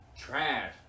trash